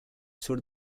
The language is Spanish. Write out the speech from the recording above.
sur